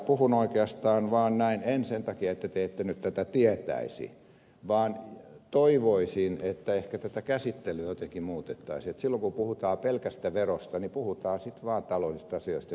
puhun oikeastaan näin en sen takia että te ette nyt tätä tietäisi vaan toivoisin että ehkä tätä käsittelyä jotenkin muutettaisiin että silloin kun puhutaan pelkästä verosta niin puhutaan sitten vaan taloudellisista asioista ja veroista